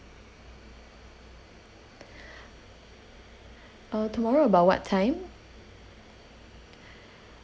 uh tomorrow about what time